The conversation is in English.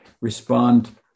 respond